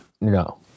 No